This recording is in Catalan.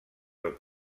del